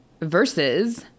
versus